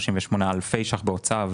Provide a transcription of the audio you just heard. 238 אלפי שקלים בהוצאה,